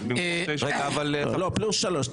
לא, פלוס שלוש,